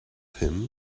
him